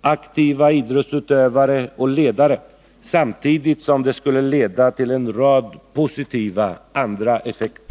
aktiva idrottsutövare och ledare, samtidigt som det skulle leda till en rad andra positiva effekter.